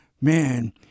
Man